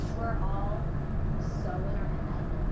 we're all so in our head.